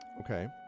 Okay